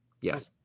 Yes